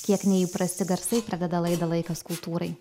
kiek neįprasti garsai pradeda laidą laikas kultūrai